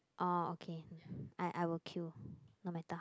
orh okay I I will queue no matter how